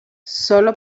sólo